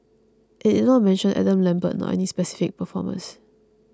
it did not mention Adam Lambert nor any specific performers